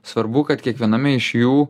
svarbu kad kiekviename iš jų